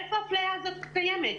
איפה האפליה הזו קיימת?